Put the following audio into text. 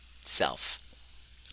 self